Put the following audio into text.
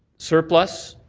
surplus,